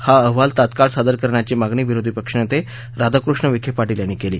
हा अहवाल तात्काळ सादर करण्याची मागणी विरोधी पक्षनेते राधाकृष्ण विखे पाटील यांनी केली